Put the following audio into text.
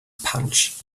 punch